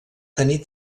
tenir